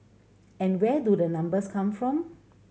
and where do the numbers come from